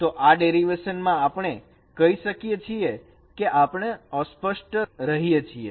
તો આ ડેરીવેશન માં આપણે કહી શકીએ છીએ કે આપણે અસ્પષ્ટ રહીએ છીએ